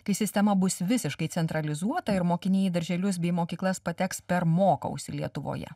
kai sistema bus visiškai centralizuota ir mokiniai į darželius bei mokyklas pateks per mokausi lietuvoje